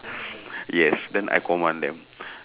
yes then I command them